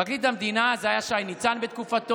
פרקליט המדינה, זה היה שי ניצן בתקופתו,